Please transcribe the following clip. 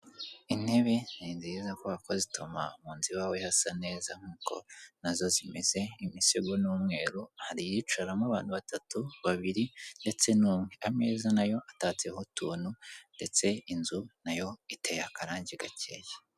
Intebe ni nziza, kubera ko zituma mu nzu iwawe hasa neza nk'uko nazo zimeze, imisego n'umweru, hari iyicaramo abantu batatu, babiri, ndetse n'umwe. Ameza nayo atatseho utuntu, ndetse inzu nayo iteye akarangi gakeya.